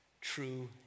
true